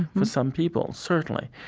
for some people, certainly.